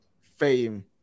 fame